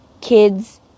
kids